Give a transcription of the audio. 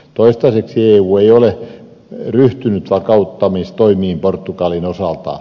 toistaiseksi eu ei ole ryhtynyt vakauttamistoimiin portugalin osalta